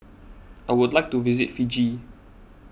I would like to visit Fiji